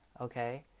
okay